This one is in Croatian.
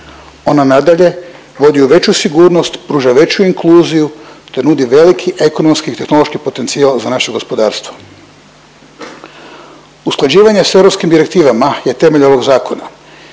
Ona nadalje vodi u veću sigurnost, pruža veću inkluziju te nudi veliki ekonomski i tehnološki potencijal za naše gospodarstvo. Usklađivanje s europskim direktivama je temelj ovog zakona.